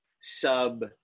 sub